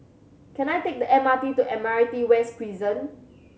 can I take the M R T to Admiralty West Prison